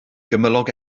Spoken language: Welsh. gymylog